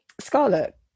scarlet